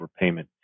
overpayment